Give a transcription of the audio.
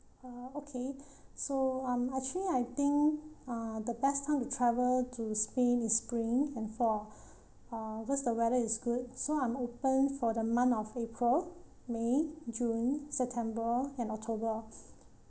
uh okay so um actually I think uh the best time to travel to spain is spring and fall uh because the weather is good so I'm open for the month of april may june september and october